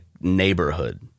neighborhood